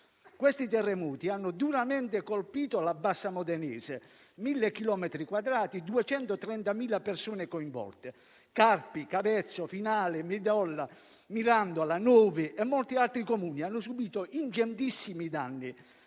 Questi terremoti hanno duramente colpito la bassa modenese: 1.000 chilometri quadrati, 230.000 persone coinvolte. Carpi, Cavezzo, Finale, Medolla, Mirandola, Novi e molti altri Comuni hanno subito ingentissimi danni: